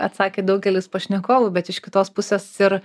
atsakė daugelis pašnekovų bet iš kitos pusės ir